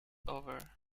over